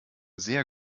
sehr